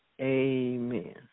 Amen